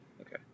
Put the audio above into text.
Okay